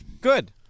Good